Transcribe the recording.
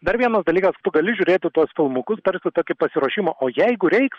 dar vienas dalykas tu gali žiūrėti tuos filmukus tarsi tokį pasiruošimą o jeigu reiks